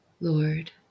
Lord